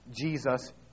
Jesus